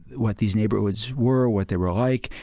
what these neighborhoods were, what they were like,